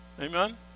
Amen